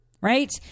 right